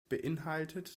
beinhaltet